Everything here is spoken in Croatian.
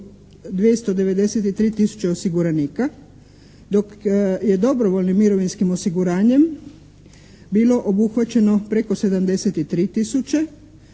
293 tisuće osiguranika dok je dobrovoljnim mirovinskim osiguranjem bilo obuhvaćeno preko 73 tisuće